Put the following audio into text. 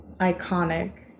Iconic